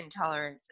intolerances